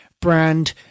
brand